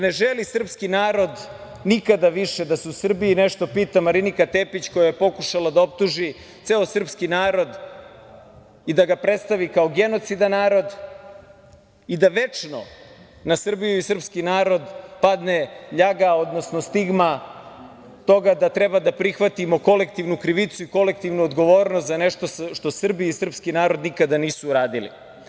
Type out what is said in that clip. Ne želi srpski narod nikada više da se u Srbiji nešto pita Marinika Tepić, koja je pokušala da optuži ceo srpski narod i da ga predstavi kao genocidan narod i da večno na Srbiju i srpski narod padne ljaga, odnosno stigma toga da treba da prihvatimo kolektivnu krivicu i kolektivnu odgovornost za nešto što Srbi i srpski narod nikada nisu uradili.